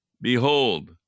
Behold